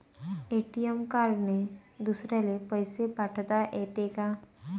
ATM कार्डने दुसऱ्याले पैसे पाठोता येते का?